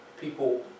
People